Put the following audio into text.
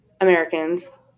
Americans